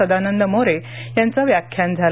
सदानंद मोरे यांचं व्याख्यान झालं